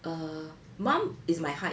err mum is my height